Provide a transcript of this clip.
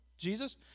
Jesus